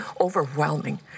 overwhelming